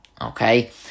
Okay